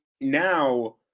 now